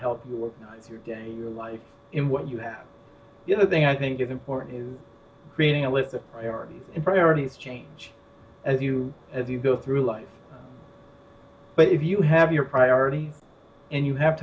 help your life in what you have the other thing i think is important is creating a list of priorities in priorities change as you as you go through life but if you have your priority and you have